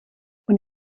und